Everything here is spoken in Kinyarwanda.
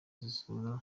zisohoka